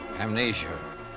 Amnesia